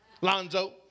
Lonzo